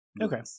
Okay